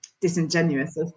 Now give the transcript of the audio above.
disingenuous